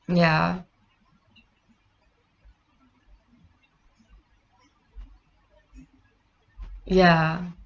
ya ya